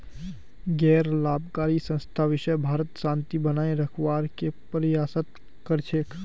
गैर लाभकारी संस्था विशव भरत शांति बनए रखवार के प्रयासरत कर छेक